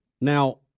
Now